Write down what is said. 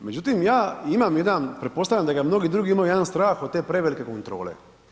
Međutim, ja imam jedan, pretpostavljam da ga mnogi drugi imaju, jedan strah od te prevelike kontrole.